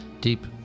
Deep